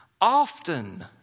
often